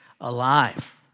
alive